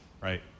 right